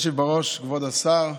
אדוני היושב-ראש, כבוד השר,